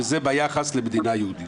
וזה ביחס למדינה יהודית.